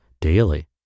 daily